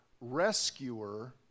rescuer